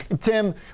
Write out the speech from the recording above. Tim